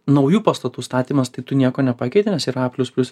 naujų pastatų statymas tai tu nieko nepakeiti nes yra a plius plius